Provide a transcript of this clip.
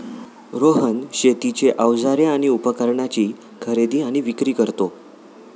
रोहन शेतीची अवजारे आणि उपकरणाची खरेदी आणि विक्री करतो